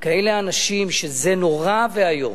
כאלה אנשים, שזה נורא ואיום.